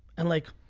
and like,